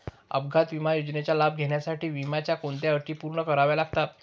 अपघात विमा योजनेचा लाभ घेण्यासाठी विम्याच्या कोणत्या अटी पूर्ण कराव्या लागतात?